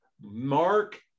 Mark